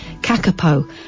Kakapo